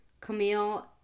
Camille